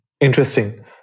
Interesting